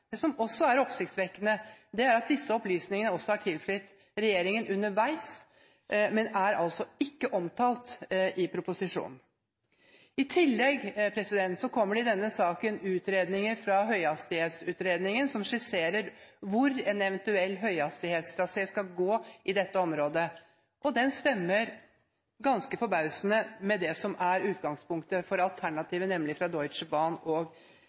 det som regjeringen legger fram. Det som også er oppsiktsvekkende, er at disse opplysningene har tilflytt regjeringen underveis, uten å være omtalt i proposisjonen. I tillegg kommer det i denne saken alternativer fra Høyhastighetsutredningen, som skisserer hvor en eventuell høyhastighetstrasé skal gå i dette området. Det stemmer ganske forbausende med det som er utgangspunktet for alternativet fra